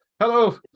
Hello